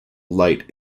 light